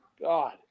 God